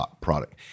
product